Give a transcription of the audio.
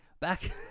back